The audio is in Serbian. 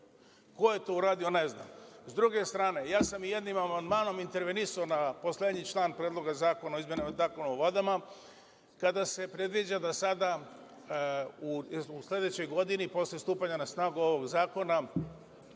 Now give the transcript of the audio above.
Ko je to uradio, ne znam.S druge strane, jednim amandmanom sam intervenisao na poslednji član Predloga zakona o izmenama Zakona o vodama, kada se predviđa da sada u sledećoj godini, posle stupanja na snagu ovog zakona,